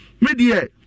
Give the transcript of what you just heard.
media